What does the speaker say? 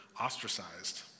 ostracized